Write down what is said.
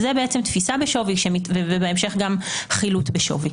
אז זה תפיסה בשווי ובהמשך גם חילוט בשווי.